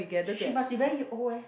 she must be very old eh